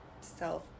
self